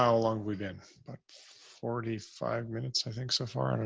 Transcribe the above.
um along we been but forty five minutes i think so far.